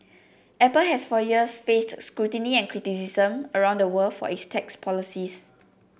apple has for years faced scrutiny and criticism around the world for its tax policies